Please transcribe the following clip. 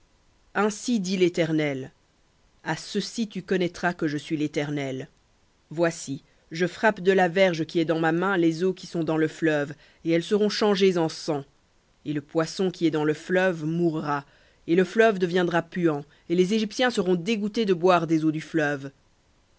ainsi dit l'éternel à ceci tu connaîtras que je suis l'éternel voici je frappe de la verge qui est dans ma main les eaux qui sont dans le fleuve et elles seront changées en sang et le poisson qui est dans le fleuve mourra et le fleuve deviendra puant et les égyptiens seront dégoûtés de boire des eaux du fleuve